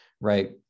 right